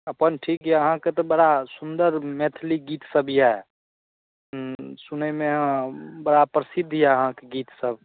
अपन ठीक यए अहाँके तऽ बड़ा सुन्दर मैथिली गीतसभ यए ह्म्म सुनैमे बड़ा प्रसिद्ध यए अहाँके गीतसभ